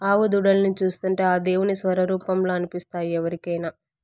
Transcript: ఆవు దూడల్ని చూస్తుంటే ఆ దేవుని స్వరుపంలా అనిపిస్తాయి ఎవరికైనా